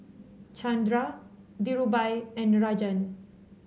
Chanda Dhirubhai and Rajan